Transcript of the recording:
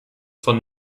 von